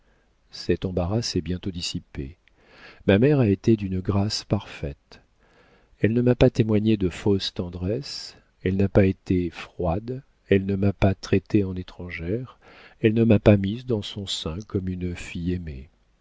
cet embarras s'est bientôt dissipé ma mère a été d'une grâce parfaite elle ne m'a pas témoigné de fausse tendresse elle n'a pas été froide elle ne m'a pas traitée en étrangère elle ne m'a pas mise dans son sein comme une fille aimée